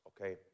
okay